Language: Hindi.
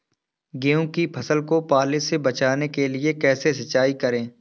गेहूँ की फसल को पाले से बचाने के लिए कैसे सिंचाई करें?